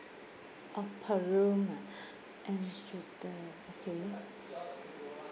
orh per room ah and student okay